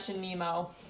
Nemo